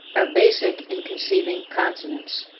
are basic in conceiving consonance.